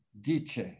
Dice